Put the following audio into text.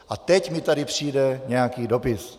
A teď mi tady přijde nějaký dopis.